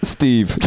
Steve